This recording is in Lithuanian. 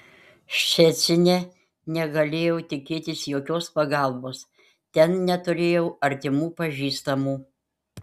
ščecine negalėjau tikėtis jokios pagalbos ten neturėjau artimų pažįstamų